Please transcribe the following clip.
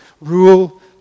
rule